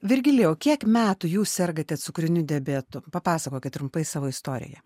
virgilijau kiek metų jūs sergate cukriniu diabetu papasakokit trumpai savo istoriją